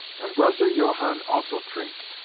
and broser johann also trink.